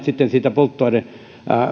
sitten siitä polttoaineverosta